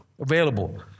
available